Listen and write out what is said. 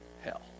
hell